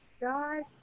god